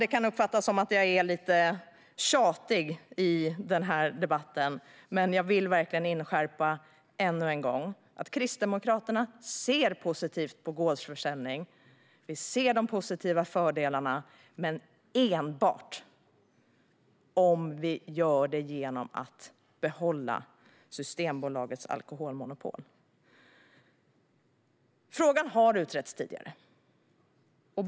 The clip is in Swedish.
Jag kan uppfattas som lite tjatig i denna debatt, men jag vill verkligen ännu en gång inskärpa att Kristdemokraterna ser positivt på gårdsförsäljning och ser fördelarna, men enbart om vi behåller Systembolagets alkoholmonopol. Frågan har utretts tidigare.